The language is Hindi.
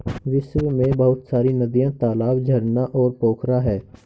विश्व में बहुत सारी नदियां, तालाब, झरना और पोखरा है